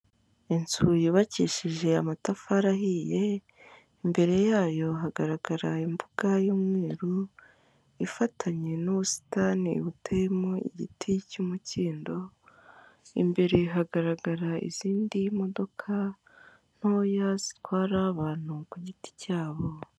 Inzu yubakishije amatafari ahiye, imbere yayo hagaragara imbuga y'umweru, ifatanye n'ubusitani buteyemo igiti cy'umukindo, imbere hagaragara izindi modoka ntoya zitwara abantu ku giti cyabo.